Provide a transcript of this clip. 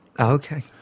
okay